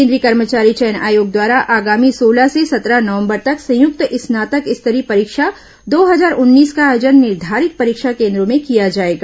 केन्द्रीय कर्मचारी चयन आयोग द्वारा आगामी सोलह से सत्रह नवंबर तक संयुक्त स्नातक स्तरीय परीक्षा दो हजार उन्नीस का आयोजन निर्घारित परीक्षा केन्द्रो में किया जाएगा